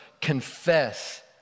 confess